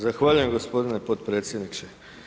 Zahvaljujem gospodine potpredsjedniče.